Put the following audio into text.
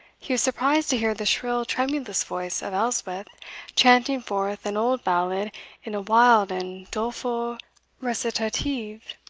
he was surprised to hear the shrill tremulous voice of elspeth chanting forth an old ballad in a wild and doleful recitative.